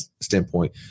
standpoint